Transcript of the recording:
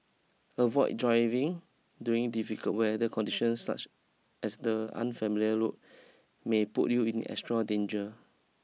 avoid driving during difficult weather conditions such as the unfamiliar road may put you in extra danger